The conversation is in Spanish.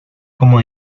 como